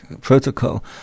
protocol